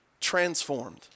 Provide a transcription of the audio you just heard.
transformed